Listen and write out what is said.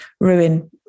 ruin